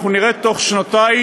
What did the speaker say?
אנחנו נראה תוך שנתיים,